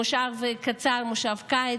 כנס קצר, כנס הקיץ.